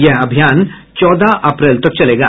यह अभियान चौदह अप्रैल तक चलेगा